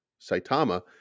Saitama